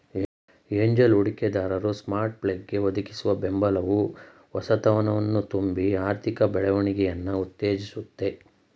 angel ಹೂಡಿಕೆದಾರರು ಸ್ಟಾರ್ಟ್ಅಪ್ಗಳ್ಗೆ ಒದಗಿಸುವ ಬೆಂಬಲವು ಹೊಸತನವನ್ನ ತುಂಬಿ ಆರ್ಥಿಕ ಬೆಳವಣಿಗೆಯನ್ನ ಉತ್ತೇಜಿಸುತ್ತೆ